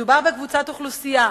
מדובר בקבוצת אוכלוסייה